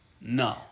no